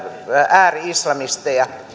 ääri islamisteja niin